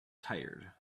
tired